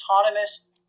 autonomous